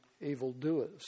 evildoers